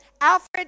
Alfred